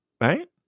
right